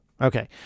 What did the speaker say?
okay